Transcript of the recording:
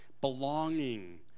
belonging